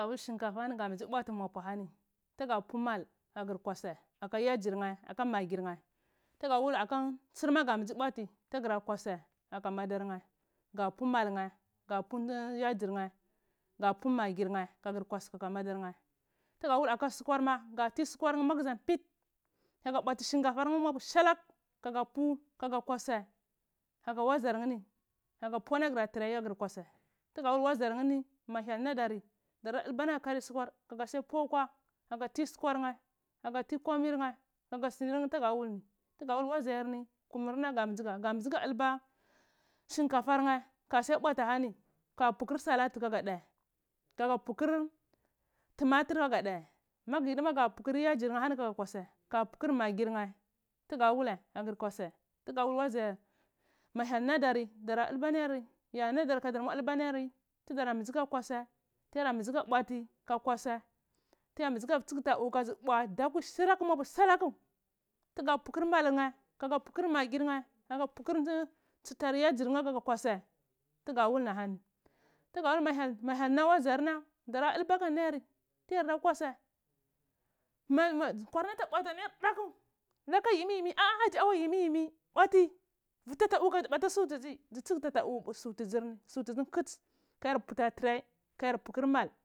Mapir shinnkafa n inga mbizi bwatu mapu ahani tugu pu mal agur kwasai aka yayirhe aka yajrnhe dka maggir nheh tuguduwul aka ntsir ma ga mbiziya bwati tugur kwasai tagumadar nheh gup u mal neh ga pu magir nherga pu yajr nhheh kagar kwasa kaka madarne tugada wul kagar kwasa kaka mdarne tugada wul aka sukwat maga h suhwar magɗza kago bwats shn kafar nheh mag ɗza kaga pu kaaga kwasai kaka wazar nheh ni kagu pu alaguy ata tray kagur kwasai tugu da wul waziyar nhch ni dara son jjulbu lageh kari sukaka da pu akwa teayu tisukkwar nheh agu ti dar pu akwa league ti sukwar nheh aga ti sukwar nheh kaka tugu wulni tuga diga wul wuzyarni ka mbizi ka dulba shinkafar nhch ka srya bwata ahani kagu putu salad kaga aheh kaga putu tomatur kagu da magu yidi ma ga putu yaji nheh ahuni aga tewatsai kagu pukur maggir nheh tuga walai agur awatsai tuga wul wazurni dara ɗara mbizi ka kwasai tu yara mbizi ka kasi tuyard mbiji ka viata tea dzu pua duka shilak mapu shilate tugu putur malur mheh kuga puhor magir nheh kagu puhur mheh kuga puhor magir nheh kaga puhur nchita yajnr nheh kaga kwasai tugu wul ni hani tuguda wulni ma hyel na wazarna dara dulba kanayuri tuyaerd u twasai kwaima ata bwati anyar daku naka yimmi yimm ah ah hajju ymmi yimmi yrmmi ah ah bwati viti ata uhu lea dzi suwaɗziti ɗzigti uka uhu kadji sauɗziti ha yar puti ata tray ka yar puti mae.